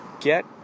get